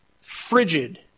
frigid